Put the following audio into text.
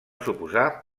suposar